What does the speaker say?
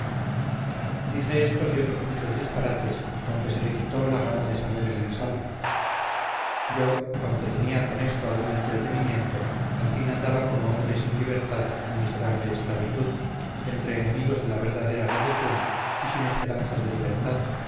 dije estos y otros muchos disparates con que se le quitó la gana de saber el ensalmo yo aunque tenía con esto algún entretenimiento al fin andaba como hombre sin libertad en miserable esclavitud entre enemigos de la verdadera religión y sin esperanzas de libertad